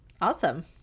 Awesome